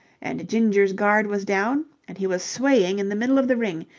and ginger's guard was down and he was swaying in the middle of the ring,